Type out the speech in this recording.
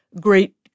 great